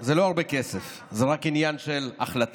זה לא הרבה כסף, זה רק עניין של החלטה.